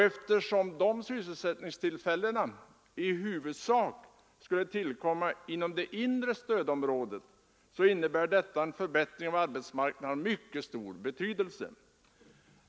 Eftersom dessa nya sysselsättningstillfällen i huvudsak skulle tillkomma inom det inre stödområdet innebär det en mycket betydande förbättring av arbetsmarknaden.